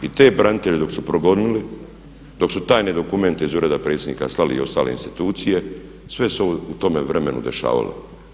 I te branitelje dok su progonili, dok su tajne dokumente iz ureda predsjednika slali i ostale institucije sve se u tome vremenu dešavalo.